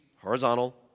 horizontal